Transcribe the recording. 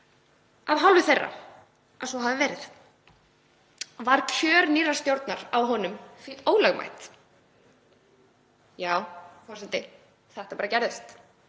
af hálfu þeirra að svo hafi verið. Var kjör nýrrar stjórnar á honum því ólögmætt.“ Já, forseti, þetta bara gerðist.